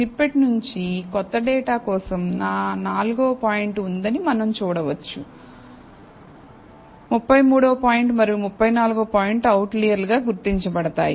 snippet నుండి క్రొత్త data కోసం నా 4 వ పాయింట్ ఉందని మనం చూడవచ్చు 33 వ పాయింట్ మరియు 34 వ పాయింట్ అవుట్లైయర్లుగా గుర్తించబడుతున్నాయి